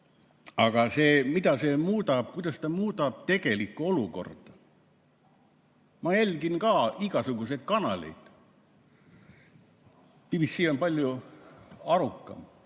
Aga mida see muudab? Kuidas ta muudab tegelikku olukorda? Ma jälgin ka igasuguseid kanaleid. BBC on palju arukam